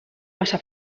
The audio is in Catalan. massa